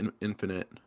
Infinite